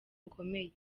bukomeye